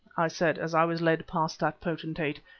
i said as i was led past that potentate,